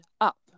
up